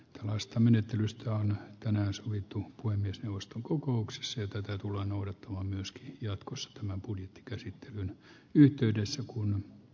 tällaista menettelystä on tänään sovittu kuin lähden liikkeelle kuntataloudesta ja tätä tullaan noudattamaan myöskin jatkosta budjettikäsittelyn yhteydessä cun